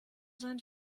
sein